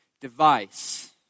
device